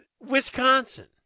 Wisconsin